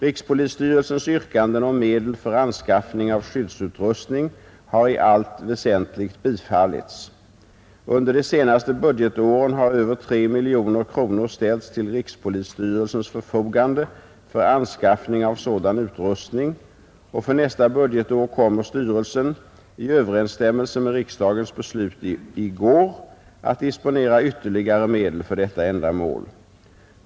Rikspolisstyrelsens yrkanden om medel för anskaffning av skyddsutrustning har i allt väsentligt bifallits. Under de senaste budgetåren har över 3 miljoner kronor ställts till rikspolisstyrelsens förfogande för anskaffning av sådan utrustning, och för nästa budgetår kommer styrelsen — i överensstämmelse med riksdagens beslut i går — att disponera ytterligare medel för detta ändamål.